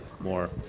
more